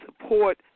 support